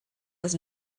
was